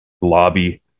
lobby